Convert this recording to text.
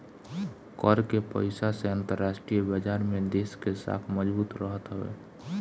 कर के पईसा से अंतरराष्ट्रीय बाजार में देस के साख मजबूत रहत हवे